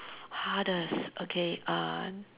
hardest okay uh